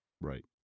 Right